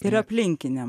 ir aplinkiniam